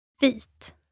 Vit